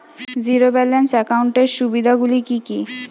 Zero balance একাউন্টের সুবিধা গুলি কি কি?